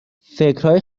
فکرهای